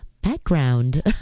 background